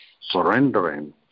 surrendering